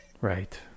Right